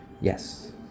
Yes